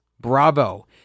Bravo